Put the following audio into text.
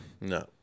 No